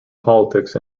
politics